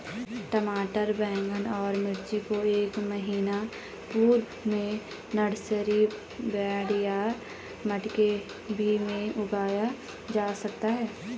टमाटर बैगन और मिर्ची को एक महीना पूर्व में नर्सरी बेड या मटके भी में उगाया जा सकता है